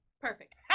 Perfect